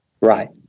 Right